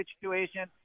situation